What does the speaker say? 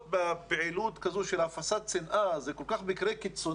שלהכיר בפעילות כזאת של הפצת שנאה זה כל כך מקרה קיצוני,